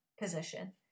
position